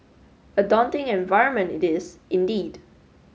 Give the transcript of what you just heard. a daunting environment it is indeed